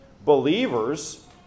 Believers